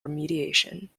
remediation